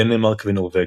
דנמרק ונורווגיה.